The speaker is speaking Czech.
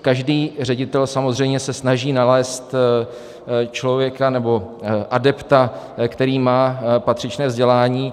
Každý ředitel se samozřejmě snaží nalézt člověka, nebo adepta, který má patřičné vzdělání.